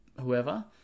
whoever